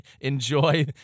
enjoy